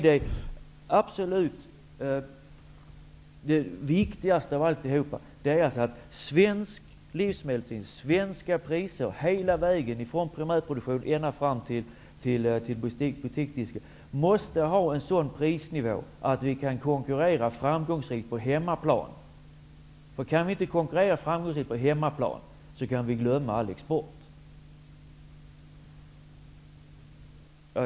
Det viktigaste av allt är därför att svenska livsmedel hela vägen från primärproduktion ända fram till butiksdisken måste ligga på en sådan prisnivå att vi framgångsrikt kan konkurrera på hemmaplan. Om vi inte kan konkurrera framgångsrikt på hemmaplan kan vi glömma all export.